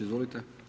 Izvolite.